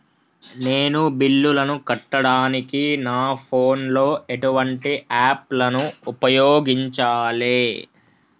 నేను బిల్లులను కట్టడానికి నా ఫోన్ లో ఎటువంటి యాప్ లను ఉపయోగించాలే?